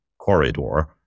corridor